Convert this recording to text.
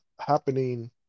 happening